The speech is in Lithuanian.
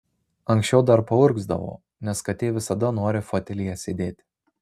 anksčiau dar paurgzdavo nes katė visada nori fotelyje sėdėti